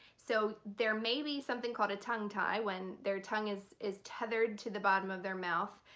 so there may be something called a tongue tie. when their tongue is is tethered to the bottom of their mouth,